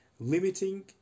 limiting